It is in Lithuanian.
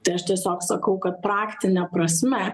tai aš tiesiog sakau kad praktine prasme